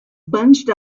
bunched